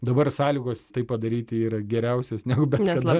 dabar sąlygos tai padaryti yra geriausios negu bet kada